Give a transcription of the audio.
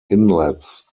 inlets